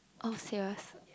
oh serious